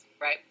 right